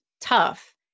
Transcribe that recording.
tough